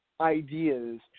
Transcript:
ideas